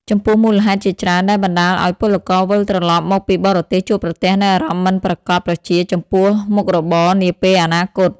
ចំពោះមូលហេតុជាច្រើនដែលបណ្តាលឱ្យពលករវិលត្រឡប់មកពីបរទេសជួបប្រទះនូវអារម្មណ៍មិនប្រាកដប្រជាចំពោះមុខរបរនាពេលអនាគត។